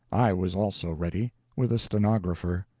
i was also ready, with a stenographer.